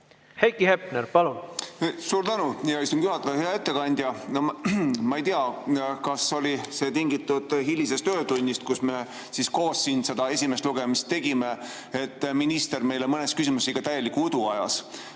Heiki Hepner, palun! Suur tänu, hea istungi juhataja! Hea ettekandja! Ma ei tea, kas oli see tingitud hilisest öötunnist, kui me koos seda esimest lugemist tegime, et minister meile mõnes küsimuses ikka täielikku udu ajas.